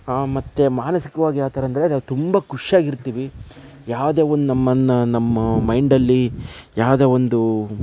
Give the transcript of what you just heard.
ಮತ್ತೆ ಮಾನಸಿಕವಾಗಿ ಯಾವ ಥರ ಅಂದರೆ ತುಂಬ ಖುಷಿಯಾಗಿರ್ತೀವಿ ಯಾವುದೇ ಒಂದು ನಮ್ಮನ್ನು ನಮ್ಮ ಮೈಂಡಲ್ಲಿ ಯಾವುದೇ ಒಂದು